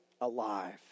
alive